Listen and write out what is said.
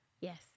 yes